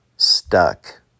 Stuck